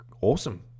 Awesome